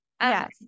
Yes